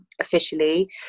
officially